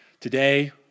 today